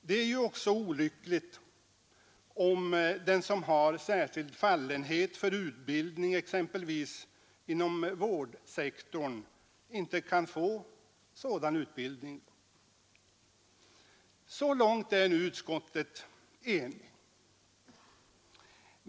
Det är ju också olyckligt om den som har särskild fallenhet för utbildning inom exempelvis vårdsektorn inte kan få sådan utbildning. Så långt är utskottet enigt.